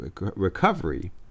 recovery